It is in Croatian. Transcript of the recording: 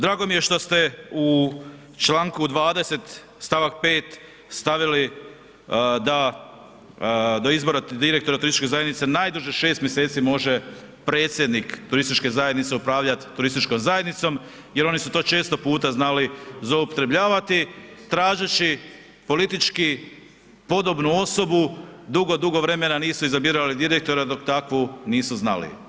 Drago mi je što ste u čl. 20. st. 5. stavili da izabirete direktora turističke zajednice, najduže 6 mjeseci može predsjednik turističke zajednice upravljat turističkom zajednicom jel oni su to često puta znali zloupotrebljavati tražeći politički podobnu osobu, dugo, dugo vremena nisu izabirali direktora, dok takvu nisu znali.